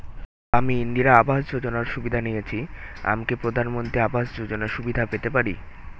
আমি ইন্দিরা আবাস যোজনার সুবিধা নেয়েছি আমি কি প্রধানমন্ত্রী আবাস যোজনা সুবিধা পেতে পারি?